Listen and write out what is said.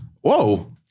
whoa